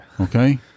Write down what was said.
Okay